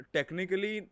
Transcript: Technically